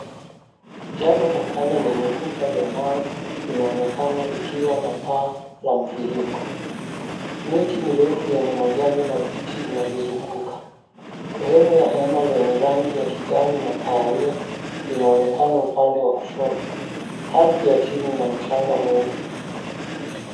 Jengo la kale lenye kuta za mawe linaonekana likiwa na paa la mviringo. Miti mirefu yenye majani mabichi inalizunguka. Sehemu ya hema lenye rangi ya kijani na kahawia, linaonekana upande wa kushoto. Ardhi ya chini ina mchanga mweupe.